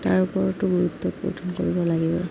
তাৰ ওপৰতো গুৰুত্ব প্ৰদান কৰিব লাগিব